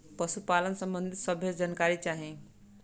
पशुपालन सबंधी सभे जानकारी चाही?